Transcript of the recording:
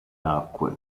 acque